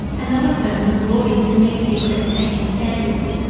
another firm was brought in to meet the accreditation standards,